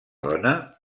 dona